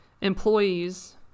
employees